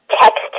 Text